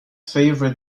favorite